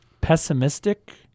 pessimistic